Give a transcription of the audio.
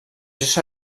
això